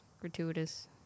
Gratuitous